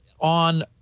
on